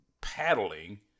paddling